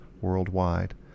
worldwide